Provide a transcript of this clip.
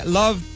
love